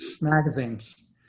magazines